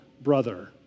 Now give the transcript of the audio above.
brother